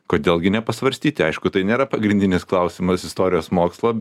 kodėl gi ne pasvarstyti aišku tai nėra pagrindinis klausimas istorijos mokslo